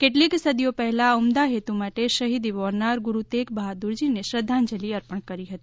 કેટલીક સદીઓ પહેલાં ઉમદા હેતુ માટે શહીદી વ્હોરનાર ગુરૂ તેગ બહાદુરજીને શ્રદ્ધાંજલી અર્પણ કરી હતી